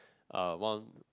uh one